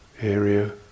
area